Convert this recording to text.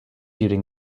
during